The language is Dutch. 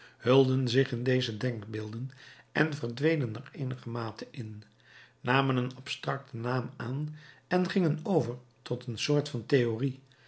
hulden zich in deze denkbeelden en verdwenen er eenigermate in namen een abstracten naam aan en gingen over tot een soort van theorie